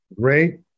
Great